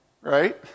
Right